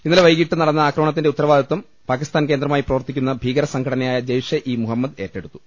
ഇന്നലെ വൈകിട്ട് നടന്ന ആക്രമണത്തിന്റെ ഉത്തരവാദിത്വം പാകിസ്ഥാൻ കേന്ദ്ര മായി പ്രവർത്തിക്കുന്ന ഭീകരസംഘടനയായ ജയ്ഷെ ഇ മുഹമ്മദ് ഏറ്റെടുത്തു